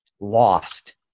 lost